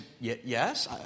yes